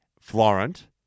Florent